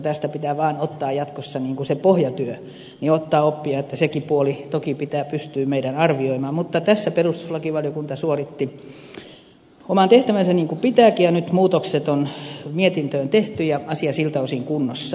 tästä pitää ottaa jatkossa vain se pohjatyö ottaa oppia että sekin puoli toki pitää pystyä meidän arvioimaan mutta tässä perustuslakivaliokunta suoritti oman tehtävänsä niin kuin pitääkin ja nyt muutokset on mietintöön tehty ja asia siltä osin kunnossa